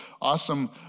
awesome